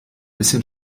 bisschen